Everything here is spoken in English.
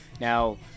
Now